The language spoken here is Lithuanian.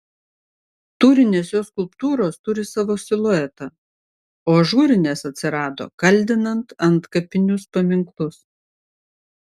tūrinės jo skulptūros turi savo siluetą o ažūrinės atsirado kaldinant antkapinius paminklus